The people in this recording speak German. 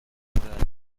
oder